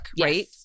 right